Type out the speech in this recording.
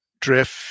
drift